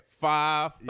five